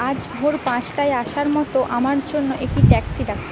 আজ ভোর পাঁচটায় আসার মতো আমার জন্য একটি ট্যাক্সি ডাকো